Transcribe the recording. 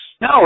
No